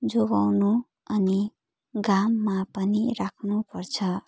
जोगाउनु अनि घाममा पनि राख्नु पर्छ